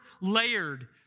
layered